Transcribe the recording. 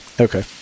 Okay